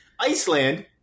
Iceland